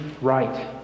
right